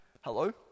hello